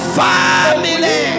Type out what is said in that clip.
family